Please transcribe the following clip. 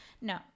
No